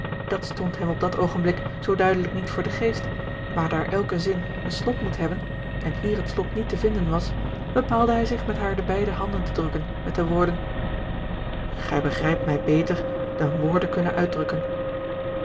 dat stond hem op dat oogenblik zoo duidelijk niet voor den geest maar daar elke zin een slot moet hebben en hier het slot niet te vinden was bepaalde hij zich met haar de beide handen te drukken met de woorden gij begrijpt mij beter dan woorden kunnen uitdrukken